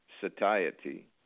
satiety